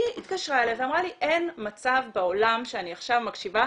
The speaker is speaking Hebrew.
היא התקשרה אליי ואמרה לי: "אין מצב בעולם שאני עכשיו מקשיבה